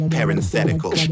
Parenthetical